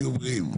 שיהיו בריאים?